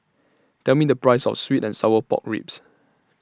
Tell Me The Price of Sweet and Sour Pork Ribs